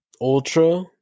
ultra